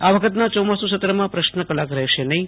આ વખતના ચોમાસુ સત્રમાં પ્રશ્ન કલાક રહેશે નહિં